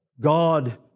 God